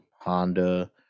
Honda